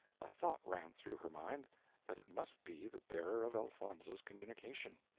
a thought ran through her mind that it must be the bearer of elfonzo's communication.